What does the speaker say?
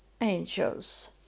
angels